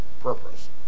Purpose